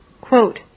Quote